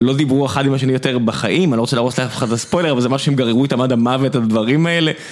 לא דיברו אחד עם השני יותר בחיים, אני לא רוצה להרוס לאף אחד הספוילר, אבל זה מה שהם גררו איתם עד המוות הדברים האלה.